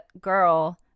girl